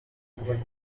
benshi